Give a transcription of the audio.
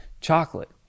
chocolate